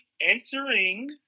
entering